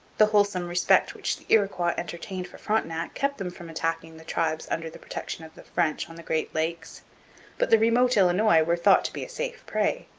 the wholesome respect which the iroquois entertained for frontenac kept them from attacking the tribes under the protection of the french on the great lakes but the remote illinois were thought to be a safe prey.